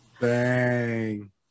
Bang